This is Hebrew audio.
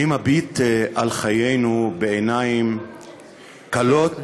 אני מביט על חיינו בעיניים כלות,